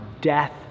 death